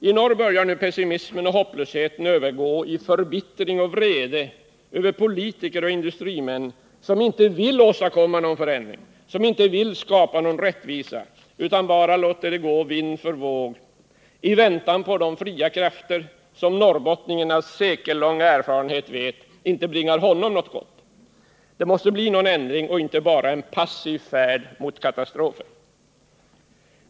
I norr börjar nu pessimismen och hopplösheten övergå i förbittring och vrede över politiker och industrimän som inte vill åstadkomma någon förändring, inte vill skapa någon rättvisa utan bara låter allt gå vind för våg i väntan på de fria krafter som norrbottningen av sekellång erfarenhet vet inte bringar honom något gott. Det måste bli någon ändring och inte bara en passiv färd mot katastrofen.